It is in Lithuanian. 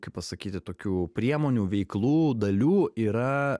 kaip pasakyti tokių priemonių veiklų dalių yra